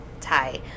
tie